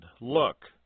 Look